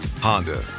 Honda